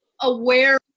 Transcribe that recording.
aware